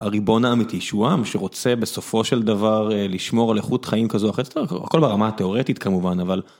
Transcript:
הריבון האמיתי שהוא העם שרוצה בסופו של דבר לשמור על איכות חיים כזו, הכל ברמה התיאורטית כמובן אבל.